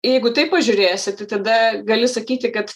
jeigu taip pažiūrėsi tai tada gali sakyti kad